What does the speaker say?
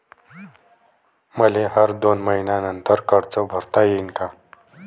मले हर दोन मयीन्यानंतर कर्ज भरता येईन का?